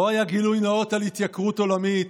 לא היה גילוי נאות על התייקרות עולמית,